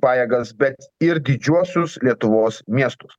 pajėgas bet ir didžiuosius lietuvos miestus